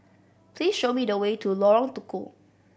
please show me the way to Lorong Tukol